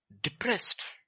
depressed